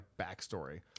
backstory